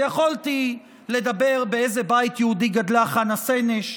ויכולתי לדבר באיזה בית יהודי גדלה חנה סנש,